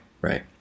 right